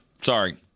Sorry